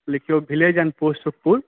लिखिऔ village and post Sukhpur